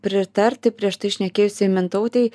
pritarti prieš tai šnekėjusiai mintautei